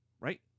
Right